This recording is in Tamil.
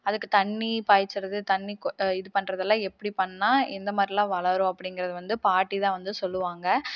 அதுக்கு தண்ணி பாய்ச்சிறது தண்ணி இது பண்ணுறதுலாம் எப்படி பண்ணால் எந்த மாதிரிலாம் வளரும் அப்படிங்குறத வந்து பாட்டி தான் வந்து சொல்லுவாங்கள்